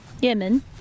Yemen